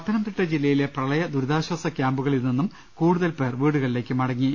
പത്തനംതിട്ട ജില്ലയിലെ പ്രളയ ദുരിതാശ്വാസ ക്യാമ്പുകളിൽ നിന്നും കൂടുതൽ പേർ വീടുകളിലേക്ക് മടങ്ങി